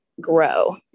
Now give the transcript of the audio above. grow